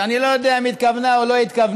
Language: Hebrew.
שאני לא יודע אם היא התכוונה או לא התכוונה,